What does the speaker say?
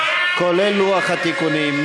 כולל לוח התיקונים.